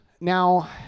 now